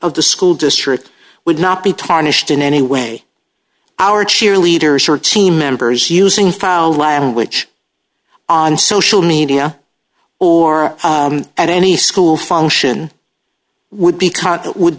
of the school district would not be tarnished in any way our cheerleaders or team members using foul language on social media or at any school function would be